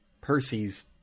Percy's